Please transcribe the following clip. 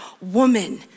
woman